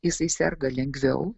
jisai serga lengviau